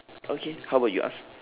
okay how about you ask